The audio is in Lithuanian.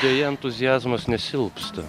deja entuziazmas nesilpsta